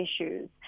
issues